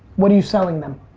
what're you selling them?